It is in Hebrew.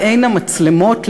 לעין המצלמות,